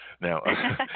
now